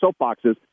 soapboxes